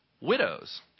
widows